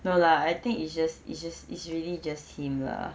no lah I think it's just it's just it's really just him lah